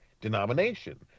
denomination